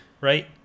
Right